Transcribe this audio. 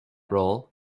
role